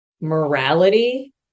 morality